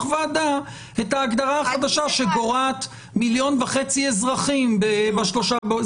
ועדה את ההגדרה החדשה שגורעת מיליון וחצי אזרחים ב-3 באוקטובר.